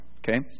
okay